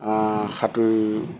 সাঁতোৰ